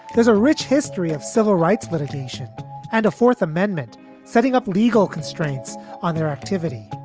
there's a rich history of civil rights litigation and a fourth amendment setting up legal constraints on their activity.